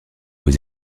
aux